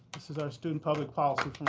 this is our student public policy